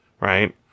right